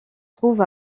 trouve